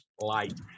Light